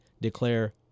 declare